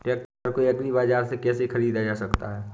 Tractor को agri बाजार से कैसे ख़रीदा जा सकता हैं?